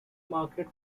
market